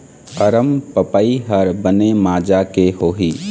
अरमपपई हर बने माजा के होही?